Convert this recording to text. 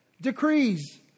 decrees